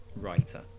writer